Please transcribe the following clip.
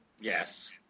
yes